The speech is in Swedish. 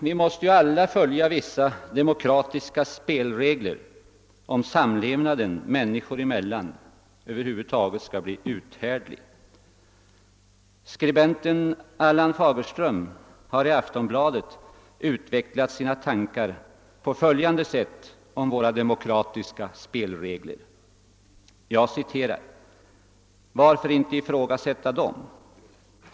Vi måste alla följa vissa demokratiska spelregler, om samlevnaden människor emellan över huvud taget skall bli uthärdlig. Skribenten Allan Fagerström har i Aftonbladet utvecklat sina tankar om våra demokratiska spelregler på följande sätt: »Varför inte ifrågasätta dem?